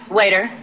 waiter